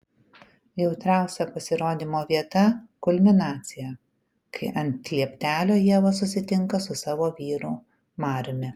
jautriausia pasirodymo vieta kulminacija kai ant lieptelio ieva susitinka su savo vyru mariumi